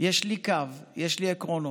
יש לי קו, יש לי עקרונות.